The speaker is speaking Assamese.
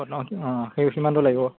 অঁ অঁ সেই সিমানটো লাগিব